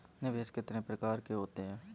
निवेश कितने प्रकार के होते हैं?